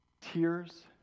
Tears